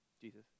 Jesus